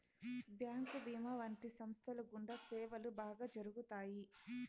bank భీమా వంటి సంస్థల గుండా సేవలు బాగా జరుగుతాయి